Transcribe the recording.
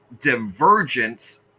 divergence